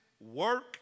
work